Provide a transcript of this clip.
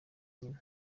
nyina